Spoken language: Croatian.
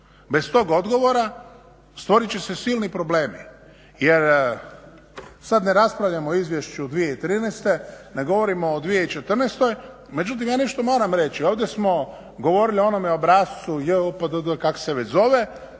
bez tog odgovora stvorit će se silni problemi jer sad ne raspravljamo o izvješću 2013., nego govorimo o 2014., međutim ja nešto moram reći. Ovdje smo govorili o onome obrascu JOPDD, kako se već zove,